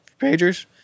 Pagers